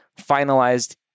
finalized